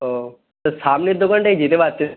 ও তো সামনের দোকানটায় যেতে পারতেন